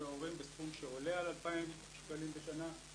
הורים בסכום שעולה על 2,000 שקלים בשנה.